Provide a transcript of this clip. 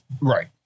Right